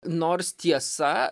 nors tiesa